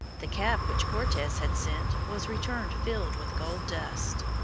the cap which cortes had sent was returned filled with gold dust.